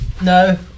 no